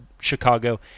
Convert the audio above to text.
Chicago